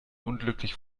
unglücklich